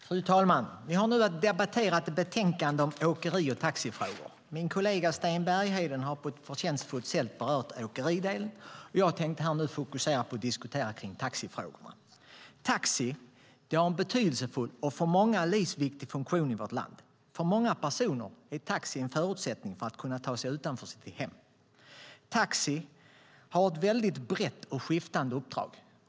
Fru talman! Vi har nu att debattera ett betänkande om åkeri och taxifrågor. Min kollega Sten Bergheden har på ett förtjänstfullt sätt berört åkeridelen. Jag tänkte nu fokusera på att diskutera taxifrågorna. Taxi har en betydelsefull och för många i vårt land livsviktig funktion. För många personer är taxi en förutsättning för att kunna ta sig utanför sitt hem. Taxi har ett väldigt brett och skiftande uppdrag.